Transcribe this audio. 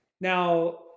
Now